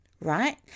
right